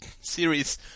series